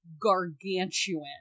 gargantuan